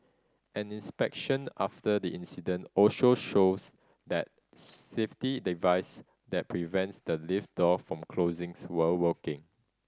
an inspection after the incident also shows that safety device that prevents the lift door from closings will working